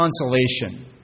consolation